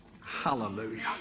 Hallelujah